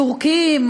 טורקים,